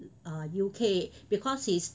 err U_K because he's